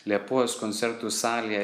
liepojos koncertų salėje